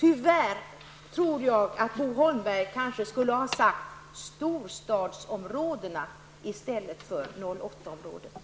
Jag tycker att Bo Holmberg kanske skulle ha sagt ''storstadsområdena'' i stället för ''08-området''.